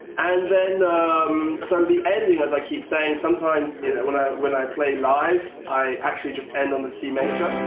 and then um so the ending, as i keep saying sometimes and when i when i play live i actually just end on the c major.